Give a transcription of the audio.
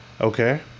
okay